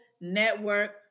network